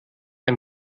ein